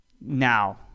now